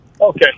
Okay